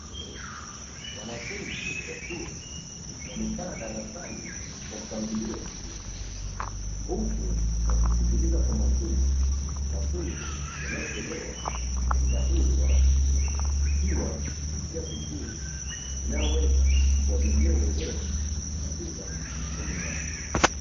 Wanafunzi wa chuo wamekaa darasani kwa mpangilio mzuri, huku wakisikiliza kwa makini mafunzo yanayotolewa na mdahili wao. Ikiwa njia pekee inayoweza kuwajengea uelewa katika masomo yao.